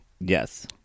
Yes